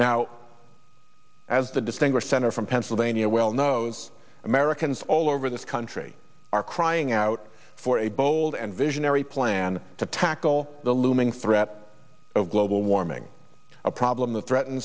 now as the distinguished senator from pennsylvania well knows americans all over this country are crying out for a bold and visionary plan to tackle the looming threat of global warming a problem that threaten